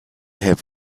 have